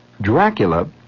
Dracula